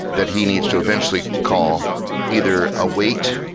that he needs to eventually call either await,